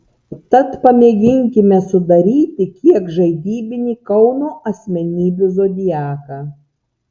tad pamėginkime sudaryti kiek žaidybinį kauno asmenybių zodiaką